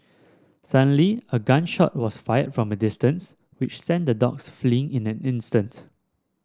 suddenly a gun shot was fired from a distance which sent the dogs fleeing in an instant